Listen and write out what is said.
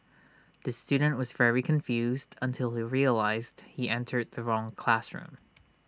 the student was very confused until he realised he entered the wrong classroom